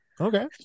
Okay